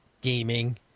gaming